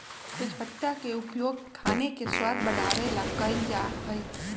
तेजपत्ता के उपयोग खाने के स्वाद बढ़ावे ला कइल जा हई